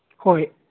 ꯍꯣꯏ